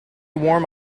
warm